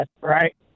right